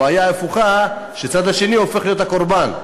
הבעיה הפוכה, שהצד השני הופך להיות הקורבן.